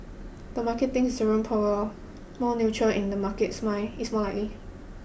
the market thinks Jerome Powell more neutral in the market's mind is more likely